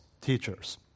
teachers